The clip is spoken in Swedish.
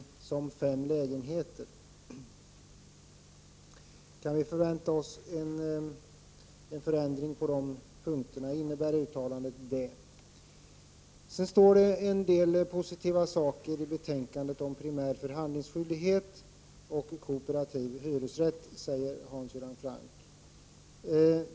Innebär uttalandet att vi kan förvänta oss en förändring på de punkterna? Det står en del positiva saker i betänkandet om primär förhandlingsskyldighet och kooperativ hyresrätt, säger Hans Göran Franck.